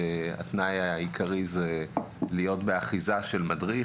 כשהתנאי העיקרי זה להיות באחיזה של מדריך,